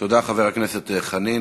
תודה, חבר הכנסת חנין.